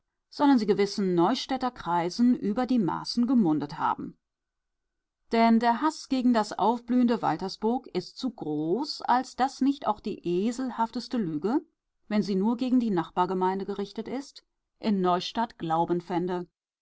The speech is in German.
sollen sie gewissen neustädter kreisen über die maßen gemundet haben denn der haß gegen das aufblühende waltersburg ist zu groß als daß nicht auch die eselhafteste lüge wenn sie nur gegen die nachbargemeinde gerichtet ist in neustadt glauben fände